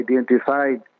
identified